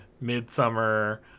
midsummer